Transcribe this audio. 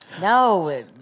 No